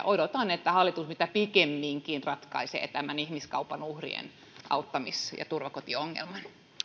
odotan että hallitus mitä pikimmiten ratkaisee tämän ihmiskaupan uhrien auttamis ja turvakotiongelman